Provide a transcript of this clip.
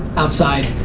outside,